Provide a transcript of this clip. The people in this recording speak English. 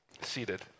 seated